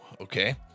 okay